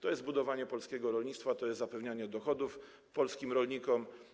To jest budowanie polskiego rolnictwa, to jest zapewnianie dochodów polskim rolnikom.